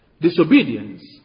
Disobedience